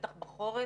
בטח בחורף,